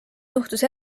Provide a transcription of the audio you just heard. juhtus